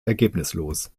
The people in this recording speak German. ergebnislos